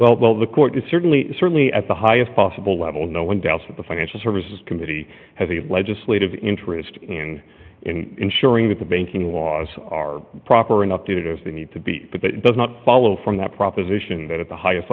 in well the court is certainly certainly at the highest possible level no one doubts that the financial services committee has a legislative interest in ensuring that the banking laws are proper and updated as they need to be but that it does not follow from that proposition that at the highest